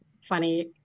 funny